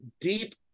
deep